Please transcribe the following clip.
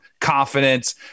confidence